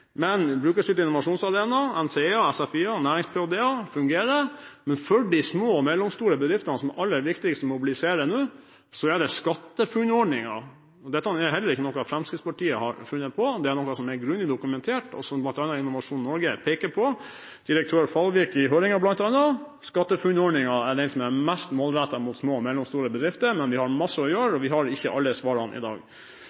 men Brukerstyrt innovasjonsarena, NCE, SFI og nærings-ph.d-er fungerer. Men for de små og mellomstore bedriftene, som er de aller viktigste å mobilisere nå, er det SkatteFUNN-ordningen – og dette er heller ikke noe Fremskrittspartiet har funnet på, det er noe som er grundig dokumentert, og som bl.a. Innovasjon Norge peker på, direktør Fahlvik i høringen bl.a. – som er mest rettet mot små og mellomstore bedrifter. Men de har masse å gjøre,